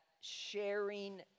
sharing